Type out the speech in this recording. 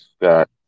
got